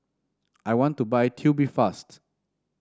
I want to buy Tubifast